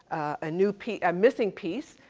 a new piece, a missing piece,